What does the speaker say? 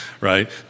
right